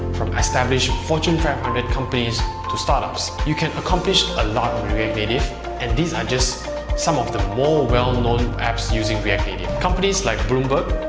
from established fortune five hundred companies to startups. you can accomplish a lot with react native and these are just some of the more well-known apps using native. companies like bloomberg,